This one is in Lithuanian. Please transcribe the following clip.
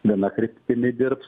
viena kryptimi dirbs